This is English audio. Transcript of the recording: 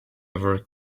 ever